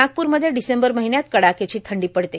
नागपूरमध्ये डिसेंबर महिन्यात कडाक्याची थंडी पडते